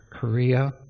Korea